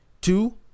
two